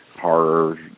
horror